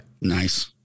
Nice